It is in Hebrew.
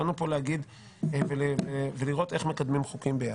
באנו פה להגיד ולראות איך מקדמים חוקים ביחד.